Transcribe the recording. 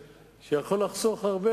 אני בכלל לא תוקף את התקציב.